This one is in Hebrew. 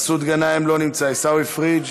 מסעוד גנאים, לא נמצא, עיסאווי פריג'